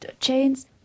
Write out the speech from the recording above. chains